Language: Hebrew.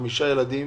חמישה ילדים.